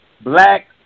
Black